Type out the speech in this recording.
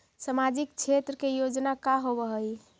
सामाजिक क्षेत्र के योजना का होव हइ?